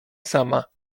sama